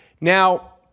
Now